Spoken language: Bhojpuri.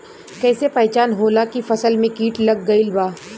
कैसे पहचान होला की फसल में कीट लग गईल बा?